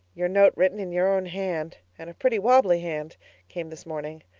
your note written in your own hand and a pretty wobbly hand came this morning.